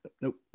nope